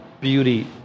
beauty